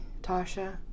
Tasha